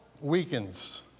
weakens